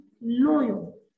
loyal